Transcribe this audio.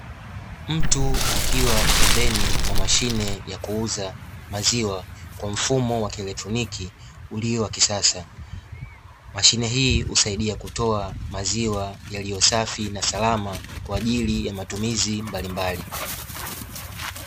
Mtu akiwa pembeni mwa mashine ya kuuza maziwa kwa mfumo wa kieletroniki ulio wa kisasa. Mashine hii husaidia kutoa maziwa yaliyo safi na salama kwa ajili ya matumizi mbalimbali.